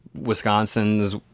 Wisconsin's